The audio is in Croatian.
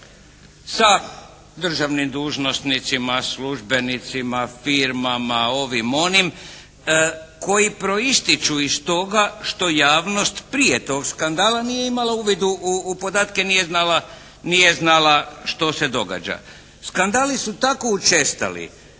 sa državnim dužnosnicima, službenicima, firmama, ovim, onim koji proističu iz toga što javnost prije tog skandala nije imala uvid u podatke, nije znala što se događa. Skandali su tako učestali